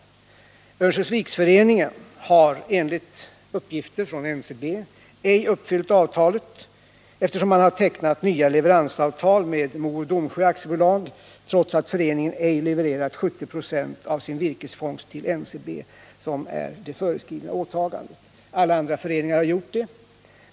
Örnsköldsviksföreningen har enligt uppgifter från NCB ej uppfyllt avtalet, eftersom man tecknat nya leveransavtal med Mo och Domsjö AB. trots att föreningen ej levererat 7096 av sin virkesfängst till NCB. vilket är det föreskrivna åtagandet. Alla andra föreningar har gjort det.